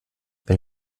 wenn